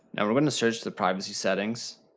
and we're we're gonna search the privacy settings.